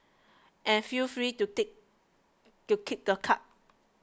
and feel free to to keep the cards